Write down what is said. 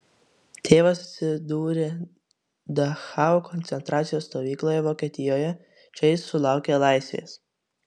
tėvas atsidūrė dachau koncentracijos stovykloje vokietijoje čia jis sulaukė laisvės